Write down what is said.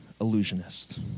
illusionist